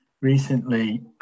recently